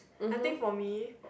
I think for me